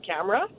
camera